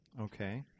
Okay